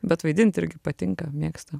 bet vaidint irgi patinka mėgsta